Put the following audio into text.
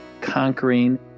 conquering